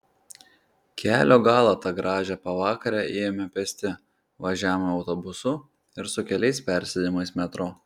kelio galą tą gražią pavakarę ėjome pėsti važiavome autobusu ir su keliais persėdimais metro